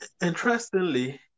Interestingly